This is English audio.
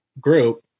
group